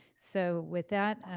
so with that,